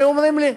היו אומרים לי: